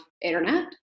internet